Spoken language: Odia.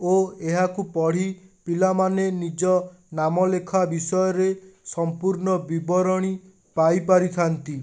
ଓ ଏହାକୁ ପଢ଼ି ପିଲାମାନେ ନିଜ ନାମ ଲେଖା ବିଷୟରେ ସମ୍ପୂର୍ଣ୍ଣ ବିବରଣୀ ପାଇପାରିଥାନ୍ତି